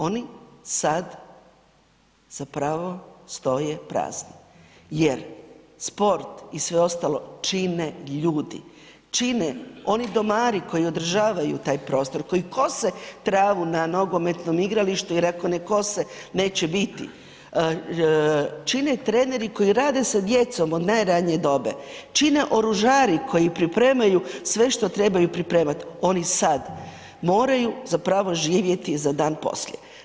Oni sad zapravo stoje prazni jer sport i sve ostalo čine ljudi, čine oni domari koji održavaju taj prostor, koji kose travu na nogometnom igralištu jer ako ne kose neće biti, čine treneri koji rade sa djecom od najranije dobe, čine oružari koji pripremaju sve što trebaju pripremat, oni sad moraju zapravo živjeti za dan poslije.